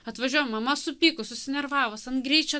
atvažiuoja mama supykus susinervavus ant greičio